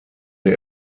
der